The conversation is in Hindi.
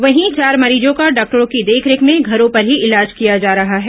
वहीं चार मरीजों का डॉक्टरों की देखरेख में घरों पर ही इलाज किया जा रहा है